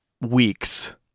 weeks